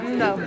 no